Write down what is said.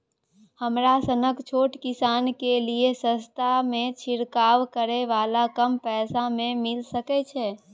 हमरा सनक छोट किसान के लिए सस्ता में छिरकाव करै वाला कम पैसा में मिल सकै छै?